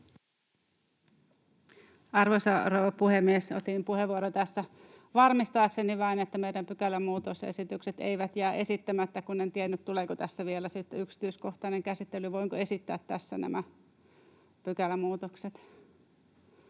rouva puhemies! Otin puheenvuoron tässä varmistaakseni vain, että meidän pykälämuutosesitykset eivät jää esittämättä, kun en tiennyt, tuleeko tässä vielä sitten yksityiskohtainen käsittely. Voinko esittää tässä nämä pykälämuutokset?